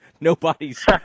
nobody's